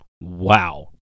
Wow